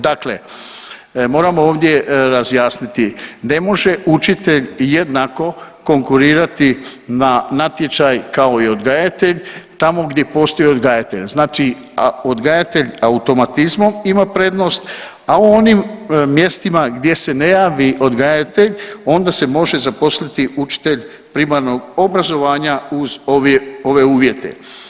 Dakle, moramo ovdje razjasniti, ne može učitelj jednako konkurirati na natječaj kao i odgajatelj tamo gdje postoji odgajatelj, znači odgajatelj automatizmom ima prednost, a u onim mjestima gdje se ne javi odgajatelj onda se može zaposliti učitelj primarnog obrazovanja uz ove uvjete.